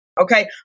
Okay